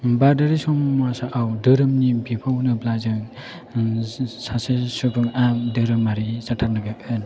भारतारि समाजाव धोरोमनि बिफाव होनोब्ला जों सासे सुबुङा धोरोमारि जाथारनांगोन